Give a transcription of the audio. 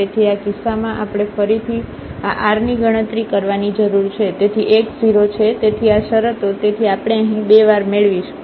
તેથી આ કિસ્સામાં આપણે ફરીથી આ r ની ગણતરી કરવાની જરૂર છે તેથી x 0 છે તેથી આ શરતો તેથી આપણે અહીં 2 વાર મેળવીશું